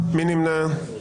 מי נמנע?